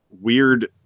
weird